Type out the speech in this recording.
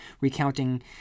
recounting